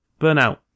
Burnout